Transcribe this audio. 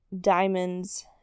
diamonds